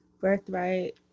birthright